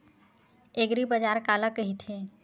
एग्रीबाजार काला कइथे?